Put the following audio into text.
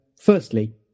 firstly